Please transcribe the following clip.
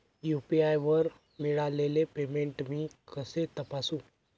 UPI वर मिळालेले payment मी कसे तपासू?